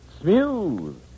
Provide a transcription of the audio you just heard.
smooth